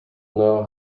know